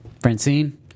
Francine